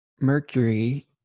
Mercury